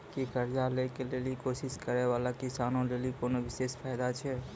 कि कर्जा लै के लेली कोशिश करै बाला किसानो लेली कोनो विशेष फायदा छै?